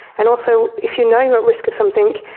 and also, if you know you are at risk of something,